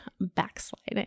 backsliding